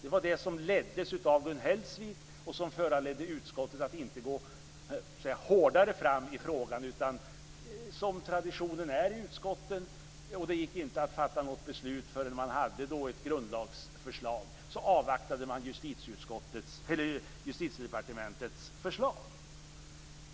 Det var det som leddes av Gun Hellsvik och som föranledde utskottet att inte gå hårdare fram i frågan, utan som tradition är i utskotten gick det inte att fatta något beslut förrän man hade ett grundlagsförslag. Man avvaktade Justitiedepartementets förslag.